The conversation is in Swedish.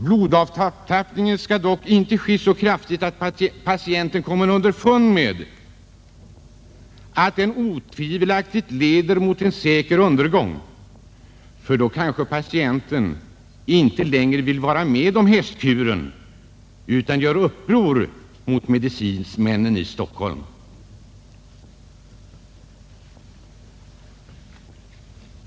Blodavtappningen skall inte ske så kraftigt att patienten kommer underfund med att den otvivelaktigt leder mot en säker undergång. Då kanske patienten inte längre vill vara med om hästkuren utan gör uppror mot medicinmännen i Stockholm.